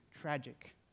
tragic